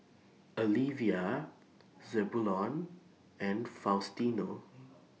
Alivia Zebulon and Faustino